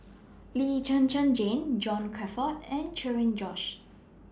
Lee Zhen Zhen Jane John Crawfurd and Cherian George